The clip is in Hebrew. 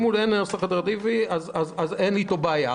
אם אין נוסח אלטרנטיבי, אז אין לי איתו בעיה.